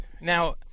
Now